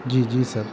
جی جی سر